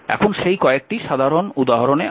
এখন সেই কয়েকটি সাধারণ উদাহরণে আসি